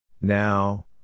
Now